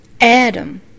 Adam